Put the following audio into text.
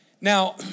Now